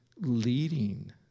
leading